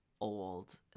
old